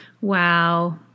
Wow